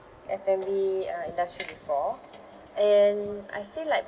F and B uh industry before and I feel like